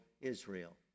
Israel